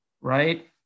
right